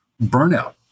Burnout